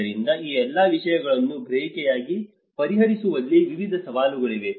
ಆದ್ದರಿಂದ ಈ ಎಲ್ಲಾ ವಿಷಯಗಳನ್ನು ಗ್ರಹಿಕೆಯಾಗಿ ಪರಿಹರಿಸುವಲ್ಲಿ ವಿವಿಧ ಸವಾಲುಗಳಿವೆ